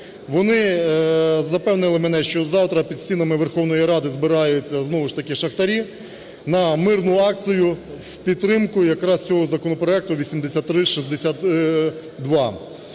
вони запевнили мене, що завтра під стінами Верховної Ради збираються знову ж таки шахтарі на мирну акцію в підтримку якраз цього законопроекту 8362.